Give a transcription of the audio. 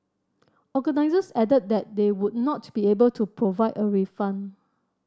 organisers added that they would not be able to provide a refund